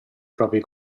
propri